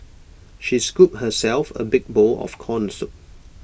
she scooped herself A big bowl of Corn Soup